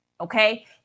Okay